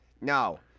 No